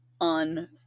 on